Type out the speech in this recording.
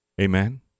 Amen